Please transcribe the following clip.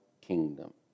kingdom